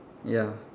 ya